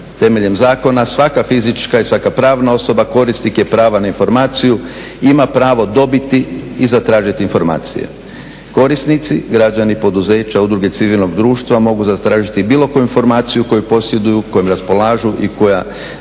Temeljem zakona svaka fizička i svaka pravna osoba korisnik je prava na informaciju i ima pravo dobiti i zatražit informacije. Korisnici, građani, poduzeća, udruge civilnog društva, mogu zatražiti bilo koju informaciju koju posjeduju, kojom raspolažu i koja